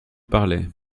parler